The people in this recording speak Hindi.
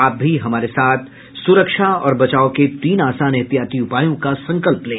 आप भी हमारे साथ सुरक्षा और बचाव के तीन आसान एहतियाती उपायों का संकल्प लें